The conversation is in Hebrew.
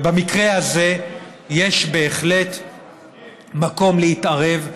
ובמקרה הזה יש בהחלט מקום להתערב.